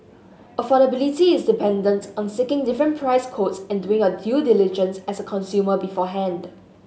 affordability is dependent on seeking different price quotes and doing your due diligence as a consumer beforehand